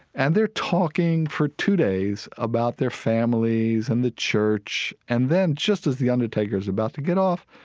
and they're talking for two days about their families and the church. and then just as the undertaker's about to get off,